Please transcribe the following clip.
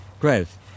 growth